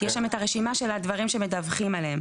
יש שם את הרשימה של הדברים שמדווחים עליהם.